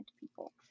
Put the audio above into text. people